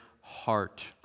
heart